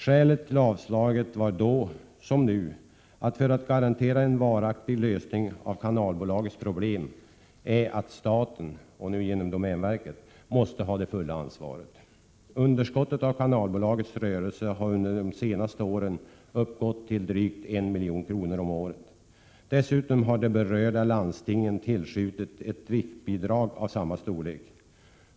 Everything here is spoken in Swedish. Skälet till avstyrkandet var detsamma då som nu, nämligen att en varaktig lösning av Kanalbolagets problem bara kan garanteras genom att staten — genom domänverket — har det fulla ansvaret. Underskottet i Kanalbolagets rörelse har under de senaste åren uppgått till drygt 1 milj.kr. om året. Dessutom har de berörda landstingen tillskjutit ett driftsbidrag av samma storlek.